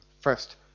first